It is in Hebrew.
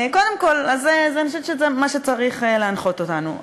קודם כול, זה מה שצריך להנחות אותנו.